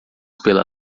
pela